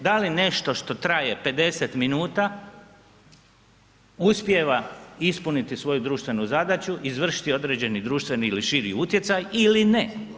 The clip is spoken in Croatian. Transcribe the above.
Pitanje je da li nešto što traje 50 minuta uspijeva ispuniti svoju društvenu zadaću, izvršiti određeni društveni ili širi utjecaj ili ne?